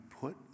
put